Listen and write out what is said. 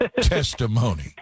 testimony